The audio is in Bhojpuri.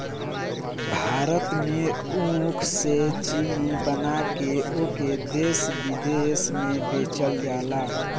भारत में ऊख से चीनी बना के ओके देस बिदेस में बेचल जाला